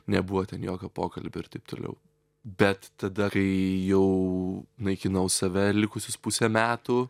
nebuvo ten jokio pokalbio ir taip toliau bet tada kai jau naikinau save likusius pusę metų